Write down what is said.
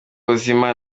buzima